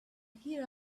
hear